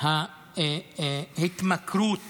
ההתמכרות